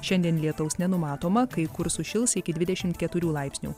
šiandien lietaus nenumatoma kai kur sušils iki dvidešimt keturių laipsnių